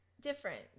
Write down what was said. different